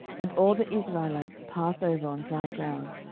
and all the israelites passed over on dry ground,